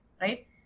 Right